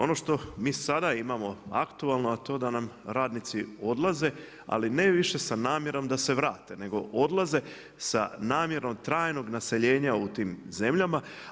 Ono što mi sada imamo aktualno, a to da nam radnici odlaze ali ne više sa namjerom da se vrate, nego odlaze sa namjerom trajnog naseljenja u tim zemljama.